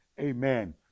Amen